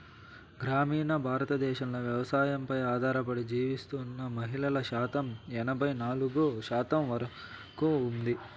గ్రామీణ భారతదేశంలో వ్యవసాయంపై ఆధారపడి జీవిస్తున్న మహిళల శాతం ఎనబై నాలుగు శాతం వరకు ఉంది